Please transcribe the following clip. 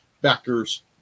backers